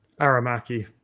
Aramaki